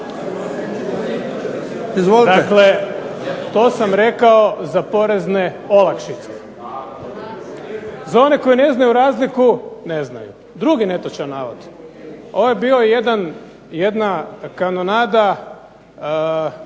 Dakle, to sam rekao za porezne olakšice. Za one koji ne znaju razliku, ne znaju. Drugi netočan navod, ovo je bio jedan, jedna kanonada